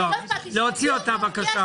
להוציא אותה, בבקשה.